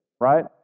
right